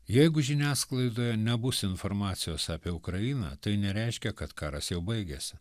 jeigu žiniasklaidoje nebus informacijos apie ukrainą tai nereiškia kad karas jau baigėsi